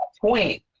point